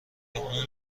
اون